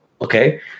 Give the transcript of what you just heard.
okay